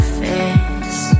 face